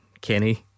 Kenny